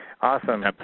awesome